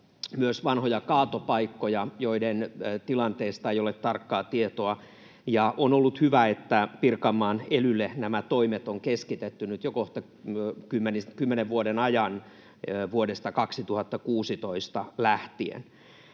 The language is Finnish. myös vanhoja kaatopaikkoja, joiden tilanteesta ei ole tarkkaa tietoa. On ollut hyvä, että Pirkanmaan elylle nämä toimet on keskitetty nyt jo kohta kymmenen vuoden ajan vuodesta 2016 lähtien.